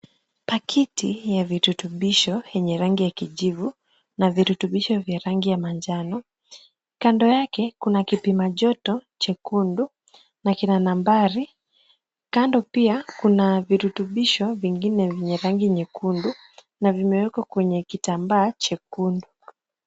Pakiti ya virutubisho yenye rangi ya kijivu na virutubisho vya rangi ya manjano kando yake kuna kipima joto chekundu na kina nambari, kando pia kuna virutubisho vingine vyenye rangi nyekundu na vimewekwa kwenye kitambaa chekundu.